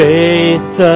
Faith